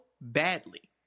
badly